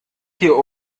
hier